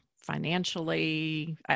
Financially